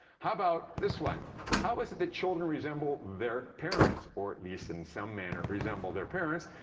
how about this one how is it that children resemble their parents, or at least in some manner resemble their parents?